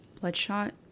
bloodshot